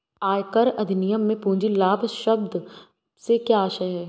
आयकर अधिनियम में पूंजी लाभ शब्द से क्या आशय है?